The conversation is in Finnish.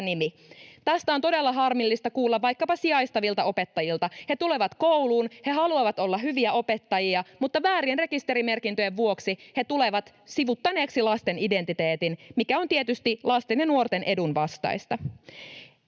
Tästä on todella harmillista kuulla vaikkapa sijaistavilta opettajilta. He tulevat kouluun, he haluavat olla hyviä opettajia, mutta väärien rekisterimerkintöjen vuoksi he tulevat sivuuttaneeksi lasten identiteetin, mikä on tietysti lasten ja nuorten edun vastaista.